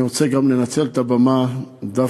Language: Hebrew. אני רוצה גם לנצל את הבמה דווקא,